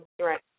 right